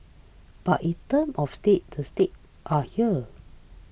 but in terms of stakes the stakes are here